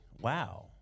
Wow